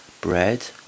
Bread